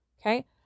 Okay